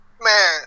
Man